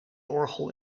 orgel